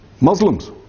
Muslims